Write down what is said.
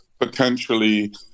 potentially